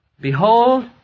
Behold